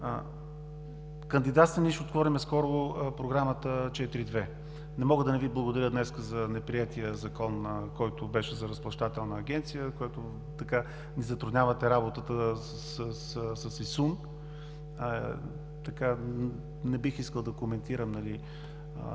кандидатства и ние ще отворим скоро Програмата 4.2. Не мога да не Ви благодаря днес за неприетия Закон, който беше за разплащателна агенция, с която ни затруднявате работата с ИСУН. Не бих искал да коментирам визиите